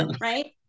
right